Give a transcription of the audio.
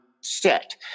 set